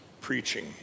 preaching